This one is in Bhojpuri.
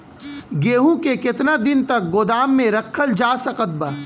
गेहूँ के केतना दिन तक गोदाम मे रखल जा सकत बा?